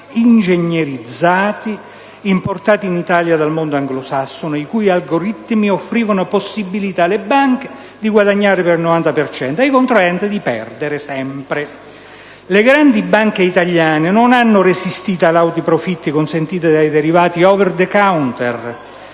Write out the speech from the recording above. ingegnerizzati, importati in Italia dal mondo anglosassone, i cui algoritmi offrivano possibilità alle banche di guadagnare il 90 per cento e ai contraenti di perdere sempre. Le grandi banche italiane non hanno resistito ai lauti profitti consentiti dai derivati *over the counter*